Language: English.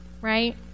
right